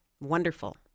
Wonderful